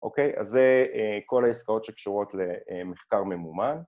אוקיי? אז זה כל העסקאות שקשורות למחקר ממומן